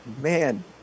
man